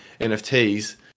NFTs